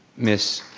ms